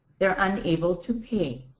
they're unable to pay.